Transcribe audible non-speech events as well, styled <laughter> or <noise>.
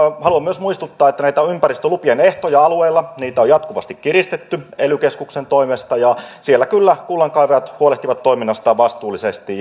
haluan myös muistuttaa että näitä ympäristölupien ehtoja alueilla on jatkuvasti kiristetty ely keskuksen toimesta ja siellä kyllä kullankaivajat huolehtivat toiminnastaan vastuullisesti <unintelligible>